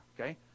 okay